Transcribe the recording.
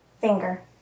finger